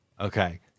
okay